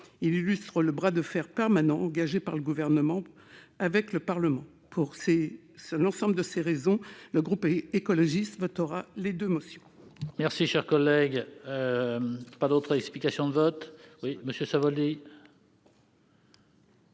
Il illustre le bras de fer permanent engagé par le Gouvernement avec le Parlement. Pour l'ensemble de ces raisons, le groupe écologiste votera les deux motions. La parole est à M. Pascal Savoldelli, pour explication de vote.